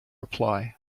reply